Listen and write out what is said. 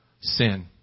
sin